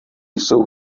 jsou